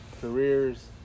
careers